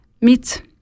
meet